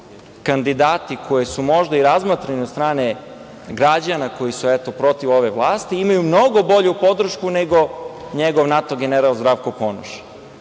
kandidati koje su možda i razmatrani od strane građana koji su, eto, protiv ove vlast, imaju mnogo bolju podršku nego njegov NATO general Zdravko Ponoš,